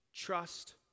Trust